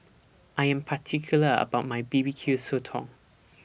I Am particular about My B B Q Sotong